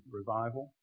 revival